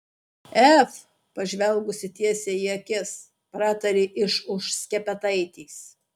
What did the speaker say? ef pažvelgusi tiesiai į akis pratarė iš už skepetaitės